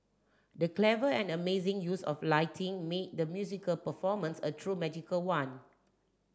the clever and amazing use of lighting made the musical performance a true magical one